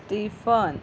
stephen